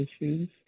issues